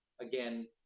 Again